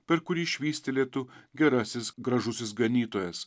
per kurį švystelėtų gerasis gražusis ganytojas